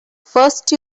first